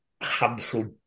Hansel